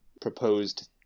proposed